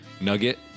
Nugget